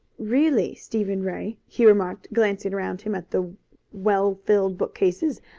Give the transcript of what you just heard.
really, stephen ray, he remarked, glancing around him at the well-filled bookcases,